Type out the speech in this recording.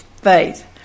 faith